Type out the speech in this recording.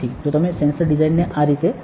તો તમે સેન્સર ડિઝાઇનને આ રીતે બનાવો છો